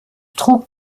trug